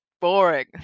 boring